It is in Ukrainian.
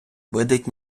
видить